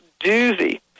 doozy